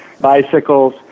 bicycles